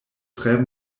tre